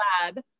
lab